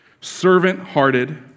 servant-hearted